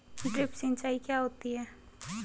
Drip सिंचाई क्या होती हैं?